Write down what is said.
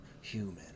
human